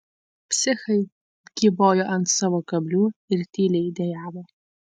psichai kybojo ant savo kablių ir tyliai dejavo